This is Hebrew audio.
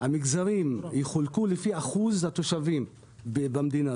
והמגזרים יחולקו לפי אחוז התושבים במדינה.